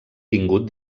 tingut